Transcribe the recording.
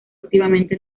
activamente